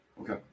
Okay